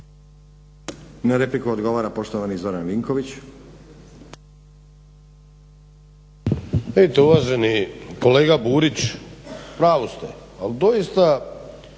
Na repliku odgovara poštovani Zoran Vinković.